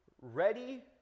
ready